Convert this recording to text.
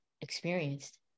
experienced